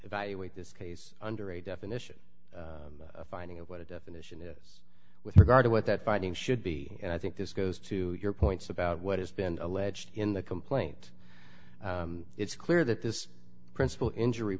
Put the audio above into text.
evaluate this case under a definition a finding of what a definition is with regard to what that finding should be and i think this goes to your points about what has been alleged in the complaint it's clear that this principle injury